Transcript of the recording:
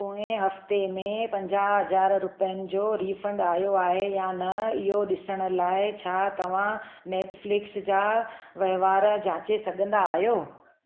पोइ हफ़्तो में पंजाहु हज़ार रुपियनि जो रीफंड आयो आहे या न इहो ॾिसण लाइ छा तव्हां नैटफ्लिक्स जा वहिंवार जांचे सघंदा आहियो